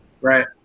right